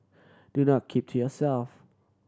do not keep to yourself